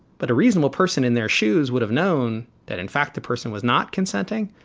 but a reasonable person in their shoes would have known that, in fact, the person was not consenting.